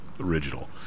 original